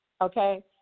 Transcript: Okay